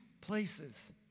places